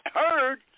heard